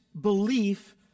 belief